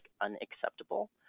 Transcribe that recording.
unacceptable